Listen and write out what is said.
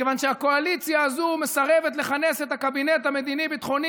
מכיוון שהקואליציה הזו מסרבת לכנס את הקבינט המדיני-ביטחוני